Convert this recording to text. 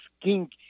king